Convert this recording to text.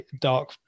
dark